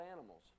animals